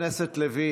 לוין,